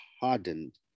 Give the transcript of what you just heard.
hardened